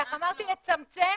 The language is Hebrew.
אמרתי לצמצם,